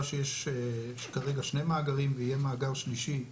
שיש כרגע שני מאגרים ויהיה מאגר שלישי,